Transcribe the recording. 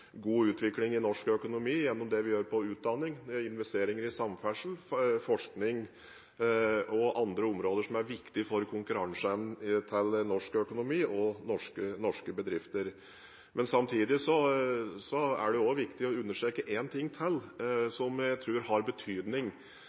god utvikling i norsk økonomi ved hjelp av utdanning, investeringer i samferdsel, forskning og andre områder som er viktig for konkurranseevnen til norsk økonomi og norske bedrifter. Samtidig er det viktig å understreke én ting til som jeg tror har betydning